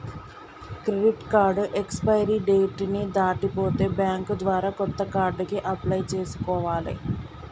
credit card expiry date ని దాటిపోతే bank ద్వారా కొత్త కార్డుకి అప్లై చేసుకోవాలే